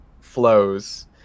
flows